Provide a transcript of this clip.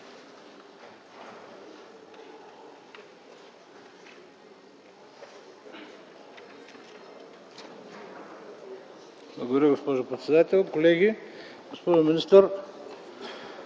Благодаря, госпожо председател. Колеги, госпожо министър!